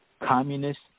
communist